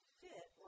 fit